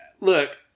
look